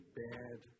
bad